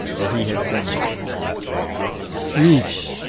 that he had formulated fritsche,